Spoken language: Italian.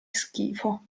schifo